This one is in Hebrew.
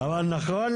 זה חד משמעית